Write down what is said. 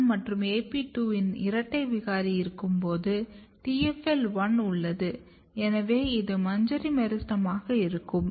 AP1 மற்றும் AP2 இன் இரட்டை விகாரி இருக்கும்போது TFL1 உள்ளது எனவே இது மஞ்சரி மெரிஸ்டெமாக இருக்கும்